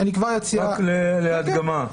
רק להדגמה.